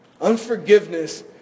Unforgiveness